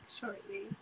shortly